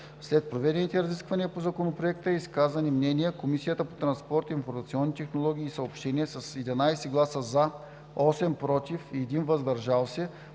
След проведените разисквания по Законопроекта и изказаните мнения, Комисията по транспорт, информационни технологии и съобщения с 11 гласа „за”, 8 гласа „против“ и 1 глас „въздържал се“